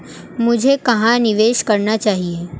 मुझे कहां निवेश करना चाहिए?